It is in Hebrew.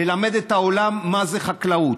ללמד את העולם מה זה חקלאות,